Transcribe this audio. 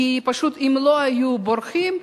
כי אם הם לא היו בורחים,